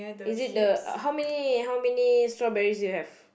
is it the how many how many strawberries you have